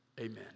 Amen